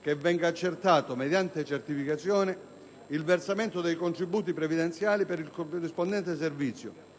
che venga accertato, mediante certificazione, il versamento dei contributi previdenziali per il corrispondente servizio